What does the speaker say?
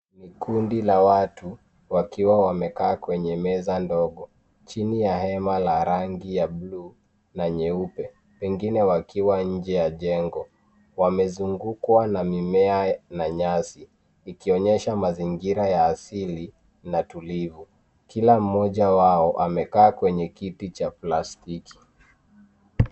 Kundi la watu wakiwa wamekaa kwenye meza ndogo, chini ya hema la rangi ya buluu na nyeupe, pengine wakiwa nje ya jengo. Wamezungukwa na mimea na nyasi, ikionyesha mazingira ya asili na tulivu. Kila mmoja wao amekaa kwenye kiti la plastiki.